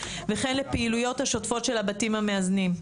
וכן לפעילויות השוטפות של הבתים המאזנים.